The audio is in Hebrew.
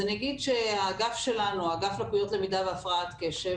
האגף שלנו, אגף לקויות למידה והפרעת קשב